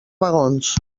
vagons